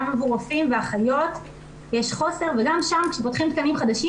גם עבור רופאים ואחיות יש חוסר וגם שם כשפותחים תקנים חדשים,